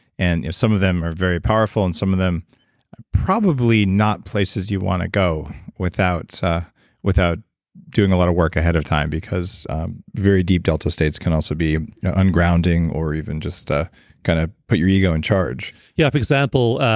and some of them are very powerful. and some of them probably not places you want to go without so without doing a lot of work ahead of time because very deep delta states can also be ungrounding or even just ah kind of put your ego in charge yeah. for example,